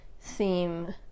theme